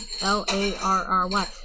L-A-R-R-Y